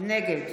נגד